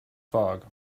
fog